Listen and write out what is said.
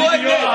זו האמת.